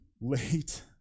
late